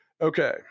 Okay